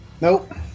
Nope